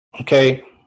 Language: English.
okay